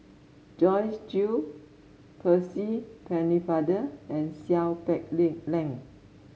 Joyce Jue Percy Pennefather and Seow Peck Leng Leng